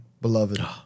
beloved